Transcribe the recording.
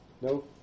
No